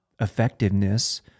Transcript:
effectiveness